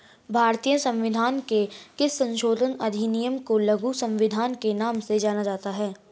भारतीय संविधान के किस संशोधन अधिनियम को लघु संविधान के नाम से जाना जाता है?